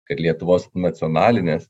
kad lietuvos nacionalinės